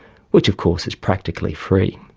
which of course is practically free.